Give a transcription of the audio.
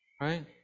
right